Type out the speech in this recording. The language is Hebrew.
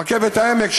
רכבת העמק,